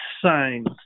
signs